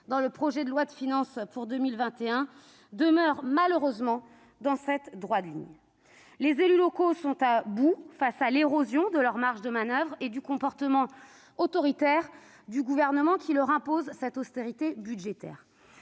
dans le projet de loi de finances pour 2021 se situent malheureusement dans cette droite ligne. Les élus locaux sont à bout face à l'érosion de leurs marges de manoeuvre et face au comportement autoritaire du Gouvernement, qui leur impose cette austérité budgétaire.